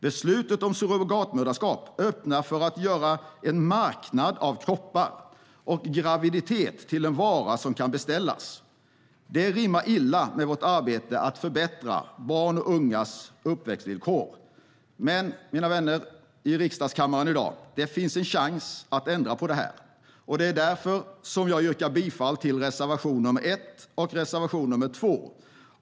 Beslutet om surrogatmoderskap öppnar för att göra en marknad av kroppar, och graviditeter till en vara som kan beställas. Det rimmar illa med vårt arbete för att förbättra barns och ungas uppväxtvillkor. Men, mina vänner i riksdagskammaren i dag, det finns en chans att ändra på det här. Det är därför som jag yrkar bifall till reservation nr 1 och reservation nr 2.